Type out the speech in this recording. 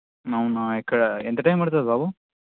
అవునా ఎక్కడ ఎంత టైం పడుతుంది బాబు